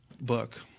book